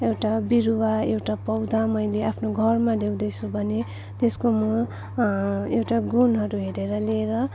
एउटा बिरुवा एउटा पौधा मैले आफ्नो घरमा ल्याउँदैछु भने त्यसको म एउटा गुणहरू हेरेर लिएर